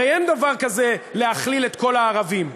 הרי אין דבר כזה, להכליל את כל הערבים.